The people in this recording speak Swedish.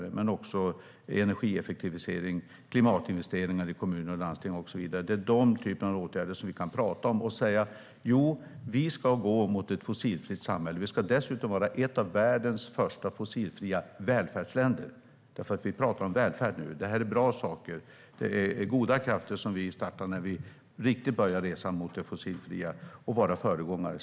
Men det handlar också om energieffektivisering, klimatinvesteringar i kommuner och landsting och så vidare. Det är den typen av åtgärder som vi kan prata om, och vi kan säga: Jo, vi ska gå mot ett fossilfritt samhälle. Vi ska dessutom vara ett av världens första fossilfria välfärdsländer. Vi pratar nämligen om välfärd nu. Det här är bra saker. Det är goda krafter som vi startar när vi riktigt börjar resan mot det fossilfria och att vara föregångare.